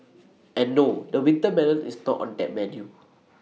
and no the winter melon is not on that menu